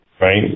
right